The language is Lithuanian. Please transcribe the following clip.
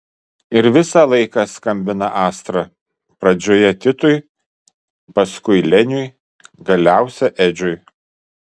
ir visą laiką skambina astra pradžioje titui paskui leniui galiausiai edžiui